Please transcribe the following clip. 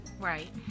right